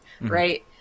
right